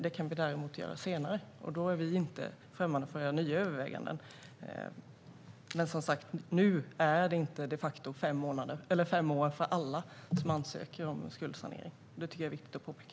Det kan vi däremot göra senare, och då är vi inte främmande för att göra nya överväganden. Men som sagt, nu är det de facto inte fem år som gäller för alla som ansöker om skuldsanering. Det tycker jag är viktigt att påpeka.